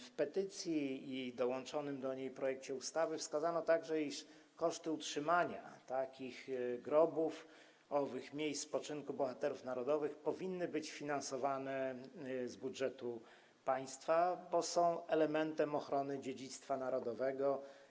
W petycji i dołączonym do niej projekcie ustawy wskazano także, iż koszty utrzymania takich grobów, owych miejsc spoczynku bohaterów narodowych, powinny być finansowane z budżetu państwa, bo są elementem ochrony dziedzictwa narodowego.